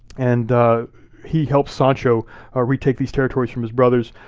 and he helps sancho retake these territories from his brothers.